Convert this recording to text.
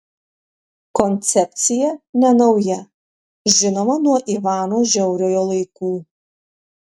koncepcija nenauja žinoma nuo ivano žiauriojo laikų